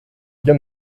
bien